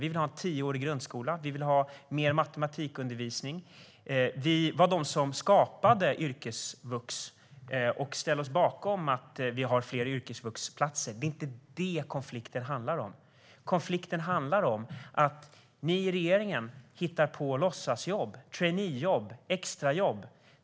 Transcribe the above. Vi vill ha en tioårig grundskola, och vi vill ha mer matematikundervisning. Det var vi som skapade yrkesvux och ställde oss bakom att det skulle bli fler yrkesvuxplatser. Det är inte detta konflikten handlar om. Konflikten handlar om att ni i regeringen hittar på låtsasjobb, traineejobb och extrajobb.